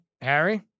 Harry